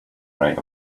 right